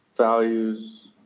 Values